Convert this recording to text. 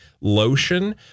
lotion